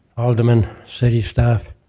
aldermen, city staff,